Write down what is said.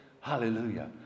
Hallelujah